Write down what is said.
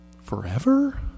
forever